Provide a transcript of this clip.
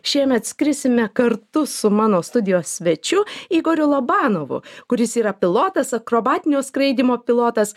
šiemet skrisime kartu su mano studijos svečiu igoriu lobanovu kuris yra pilotas akrobatinio skraidymo pilotas